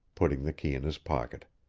putting the key in his pocket.